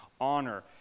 Honor